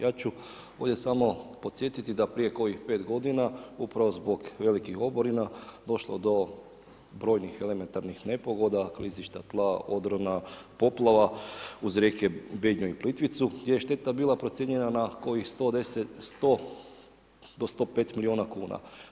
Ja ću ovdje samo podsjetiti da prije kojih 5 godina, upravo zbog velikih oborina došlo do brojnih elementarnih nepogoda, klizišta tla, odrona, poplava uz rijeke Bednju i Plitvicu gdje je šteta bila procijenjena na kojih 110, 100 do 105 milijuna kuna.